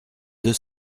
deux